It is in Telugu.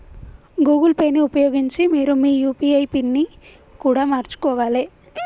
గూగుల్ పే ని ఉపయోగించి మీరు మీ యూ.పీ.ఐ పిన్ని కూడా మార్చుకోవాలే